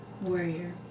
Warrior